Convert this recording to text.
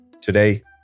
Today